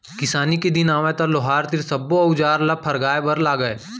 किसानी के दिन आवय त लोहार तीर सब्बो अउजार ल फरगाय बर लागय